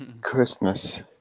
Christmas